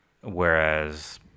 whereas